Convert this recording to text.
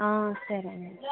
సరేనండి